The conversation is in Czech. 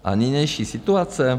A nynější situace?